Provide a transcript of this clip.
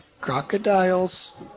crocodiles